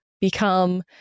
become